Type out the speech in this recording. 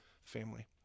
family